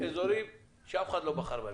אזורים שאף אחד לא בחר בהם.